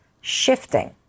shifting